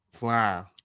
Wow